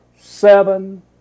seven